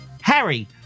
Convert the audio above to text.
Harry